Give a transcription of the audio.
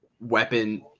weapon